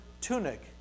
tunic